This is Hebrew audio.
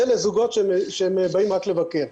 ולזוגות שבאים רק לבקר.